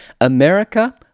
America